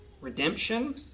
redemption